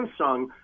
Samsung